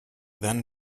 then